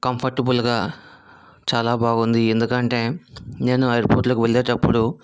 కంఫర్టబుల్గా చాలా బాగుంది ఎందుకంటే నేను ఎయిర్పోర్ట్లోకి వెళ్ళేటప్పుడు